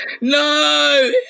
No